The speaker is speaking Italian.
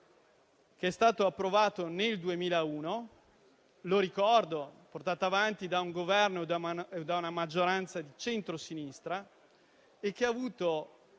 è stato approvato nel 2001 e portato avanti da un Governo e da una maggioranza di centrosinistra ed ha avuto